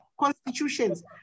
constitutions